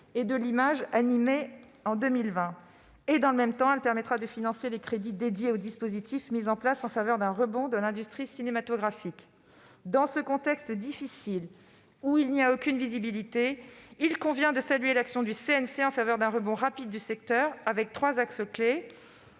et de l'image animée en 2020. Dans le même temps, elle permettra de financer les crédits dédiés aux dispositifs mis en place en faveur d'un rebond de l'industrie cinématographique. Dans ce contexte difficile, sans aucune visibilité, il convient de saluer l'action du CNC en faveur d'un rebond rapide du secteur, selon trois axes clefs